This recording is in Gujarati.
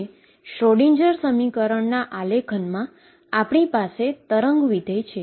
અને શ્રોડિંજરSchrödinger સમીકરણના આલેખનમાં આપણી પાસે વેવ ફંક્શન છે